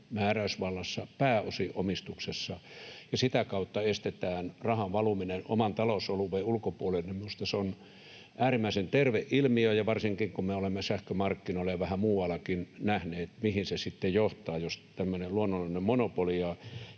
määräysvallassa — pääosin omistuksessa — ja sitä kautta estetään rahan valuminen oman talousalueen ulkopuolelle, on minusta äärimmäisen terve ilmiö, varsinkin kun me olemme sähkömarkkinoilla ja vähän muuallakin nähneet, mihin se sitten johtaa, jos tämmöinen luonnollinen monopoli